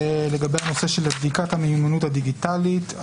לגבי הנושא של בדיקת המיומנות הדיגיטלית.